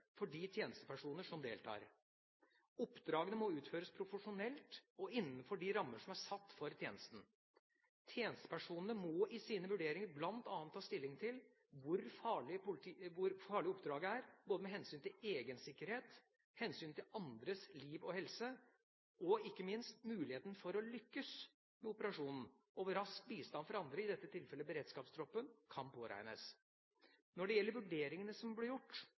for de tjenestepersoner som deltar. Oppdragene må utføres profesjonelt og innenfor de rammer som er satt for tjenesten. Tjenestepersonene må i sine vurderinger bl.a. ta stilling til hvor farlig oppdraget er, både med hensyn til egen sikkerhet, hensynet til andres liv og helse og, ikke minst, muligheten for å lykkes med operasjonen, og hvor raskt bistand fra andre, i dette tilfellet beredskapstroppen, kan påregnes. Når det gjelder vurderingene som ble gjort,